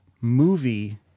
movie